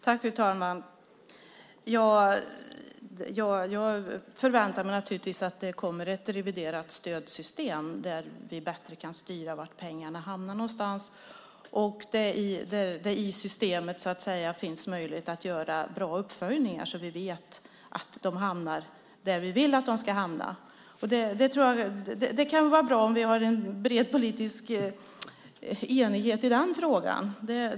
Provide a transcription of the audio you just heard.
Fru talman! Jag förväntar mig naturligtvis att det kommer ett reviderat stödsystem där vi bättre kan styra var pengarna hamnar och där det i systemet finns möjlighet att göra bra uppföljningar så att vi vet att pengarna hamnar där vi vill att de ska hamna. Det är bra om vi har en bred politisk enighet i den frågan.